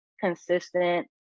consistent